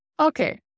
Okay